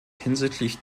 hinsichtlich